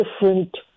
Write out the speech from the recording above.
different